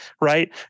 right